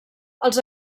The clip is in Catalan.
els